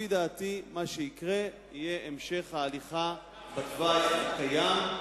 מה שיקרה הוא שיהיה המשך ההליכה בתוואי הקיים,